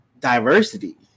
diversity